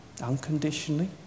unconditionally